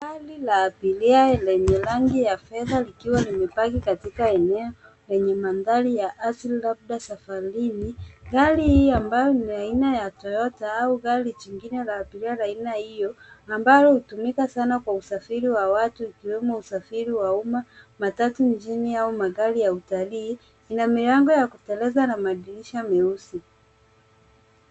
Gari la abiria lenye rangi ya fedha likiwa limepaki katika eneo lenye mandhari ya asili labda safarini. Gari hilo ambalo ni aina ya Toyota au gari jingine la abiria la aina hiyo ambalo hutumika sana kwa usafiri wa watu ikiwemo usafiri wa umma. Matatu mjini au magari ya utalii. Ina milango ya kuteleza na madirisha meusi.